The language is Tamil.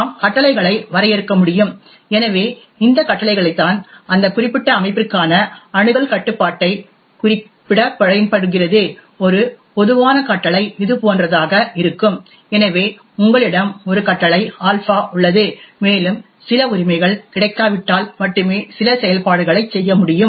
நாம் கட்டளைகளை வரையறுக்க முடியும் எனவே இந்த கட்டளைதான் அந்த குறிப்பிட்ட அமைப்பிற்கான அணுகல் கட்டுப்பாட்டைக் குறிப்பிடப் பயன்படுகிறது ஒரு பொதுவான கட்டளை இதுபோன்றதாக இருக்கும் எனவே உங்களிடம் ஒரு கட்டளை ஆல்பா உள்ளது மேலும் சில உரிமைகள் கிடைக்காவிட்டால் மட்டுமே சில செயல்பாடுகளைச் செய்ய முடியும்